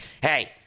Hey